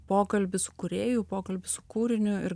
pokalbis su kūrėju pokalbis su kūriniu ir